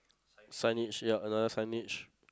signage ya another signage